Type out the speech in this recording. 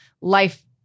life